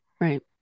right